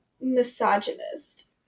misogynist